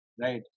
right